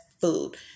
food